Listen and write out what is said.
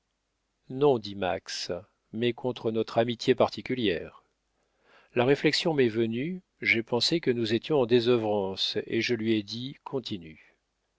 non dit max mais contre notre amitié particulière la réflexion m'est venue j'ai pensé que nous étions en désœuvrance et je lui ai dit continue